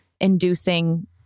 inducing